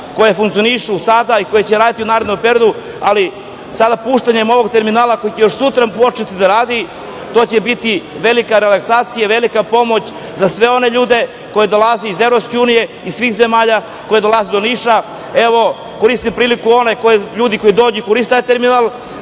koje funkcionišu sada i koje će raditi u narednom periodu, ali sada puštanjem ovog terminala koji će još sutra početi da radi to će biti velika relaksacija i velika pomoć za sve one ljude koji dolaze iz EU i svih zemalja, koji dolaze do Niša. Koristim priliku da oni ljudi koji dođu da koriste taj terminal